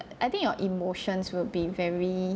I think your emotions will be very